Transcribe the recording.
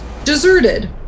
deserted